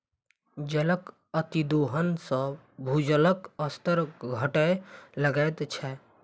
जलक अतिदोहन सॅ भूजलक स्तर घटय लगैत छै